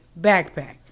backpack